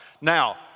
Now